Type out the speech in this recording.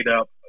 up